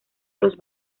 los